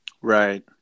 Right